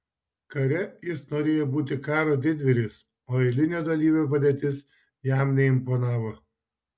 kare jis norėjo būti karo didvyris o eilinio dalyvio padėtis jam neimponavo